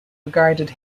regarded